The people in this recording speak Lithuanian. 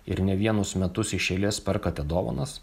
ir ne vienus metus iš eilės perkate dovanas